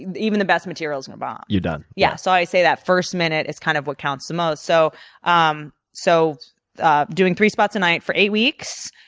even the best material is going to bomb. you're done. yeah. so i say that first minute is kind of what counts the most. so um so ah doing three spots a night for eight weeks,